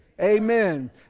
Amen